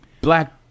black